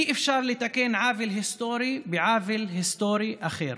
אי-אפשר לתקן עוול היסטורי בעוול היסטורי אחר.